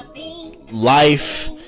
life